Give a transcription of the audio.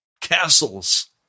castles